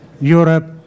Europe